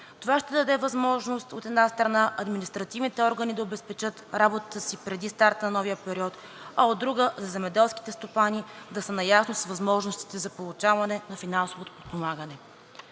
Това ще даде възможност, от една страна, административните органи да обезпечат работата си преди старта на новия период, а от друга, земеделските стопани да са наясно с възможностите за получаване на финансово подпомагане.